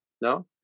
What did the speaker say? no